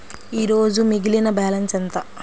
ఈరోజు మిగిలిన బ్యాలెన్స్ ఎంత?